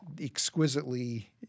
exquisitely